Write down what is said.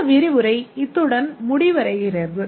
இந்த விரிவுரை இத்துடன் முடிவடைகிறது